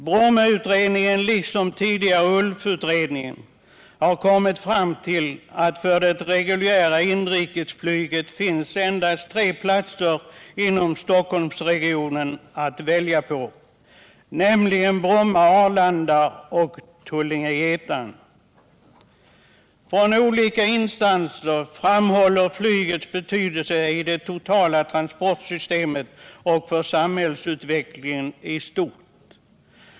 Brommautredningen, liksom tidigare ULF-utredningen, har kommit fram till att för det reguljära inrikesflyget finns endast tre platser inom Stockholmsregionen att välja på, nämligen Bromma, Arlanda och Tullinge/Getaren. Från olika instanser framhålls flygets betydelse i det totala transportsystemet och för samhällsutvecklingen i stort.